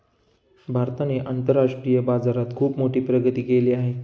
भारताने आंतरराष्ट्रीय बाजारात खुप मोठी प्रगती केली आहे